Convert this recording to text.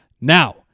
Now